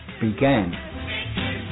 began